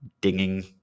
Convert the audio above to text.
dinging